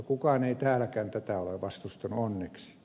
kukaan ei täälläkään tätä ole vastustanut onneksi